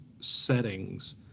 settings